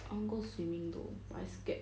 I want go swimming though but I scared